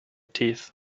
teeth